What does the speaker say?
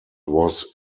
was